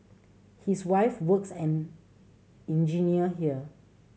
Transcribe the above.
his wife works an engineer here